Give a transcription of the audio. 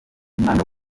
umwana